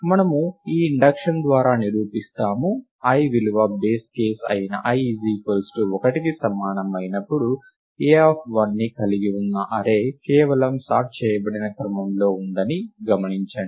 మనము ఈ ఇండక్షన్ ద్వారా నిరూపిస్తాము i విలువ బేస్ కేస్ అయిన i 1కి సమానం అయినప్పుడు a1ని కలిగి ఉన్న అర్రే కేవలం సార్ట్ చేయబడిన క్రమంలో ఉందని గమనించండి